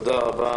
תודה רבה.